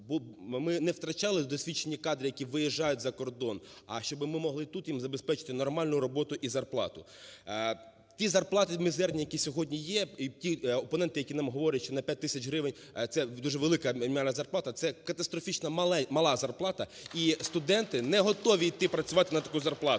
ми не втрачали досвідчені кадри, які виїжджають за кордон, а щоби ми могли тут їм забезпечити нормальну роботу і зарплату. Ті зарплати мізерні, які сьогодні є, і ті опоненти, які нам говорять, що на 5 тисяч гривень – це дуже велика мінімальна зарплата, це катастрофічно мала зарплата. І студенти не готові йти працювати на таку зарплату.